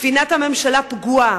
ספינת הממשלה פגועה,